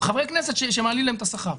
חברי כנסת שמעלים להם את השכר,